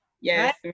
Yes